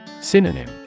Synonym